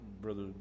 brother